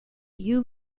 you